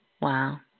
Wow